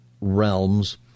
realms